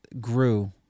grew